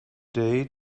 day